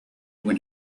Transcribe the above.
when